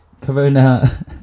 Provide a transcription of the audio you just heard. Corona